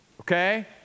Okay